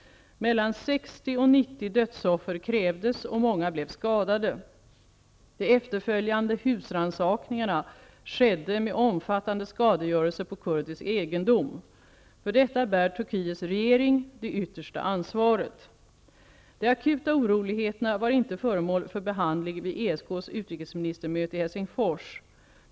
Mellan 60 och 90 dödsoffer krävdes, och många blev skadade. De efterföljande husrannsakningarna skedde med omfattande skadegörelse på kurdisk egendom. För detta bär Turkiets regering det yttersta ansvaret. De akuta oroligheterna var inte föremål för behandling vid ESK:s utrikesministermöte i Helsingfors.